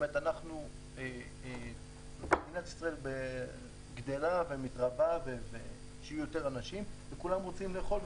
מדינת ישראל גדלה ומתרבה וכולם רוצים לאכול.